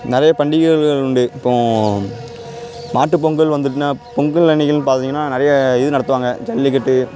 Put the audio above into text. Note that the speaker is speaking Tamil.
நிறைய பண்டிகைகள் உண்டு இப்போ மாட்டுப்பொங்கல் வந்துட்டுனா பொங்கல் அன்னக்கின்னு பார்த்திங்கனா நிறைய இது நடத்துவாங்க ஜல்லிக்கட்டு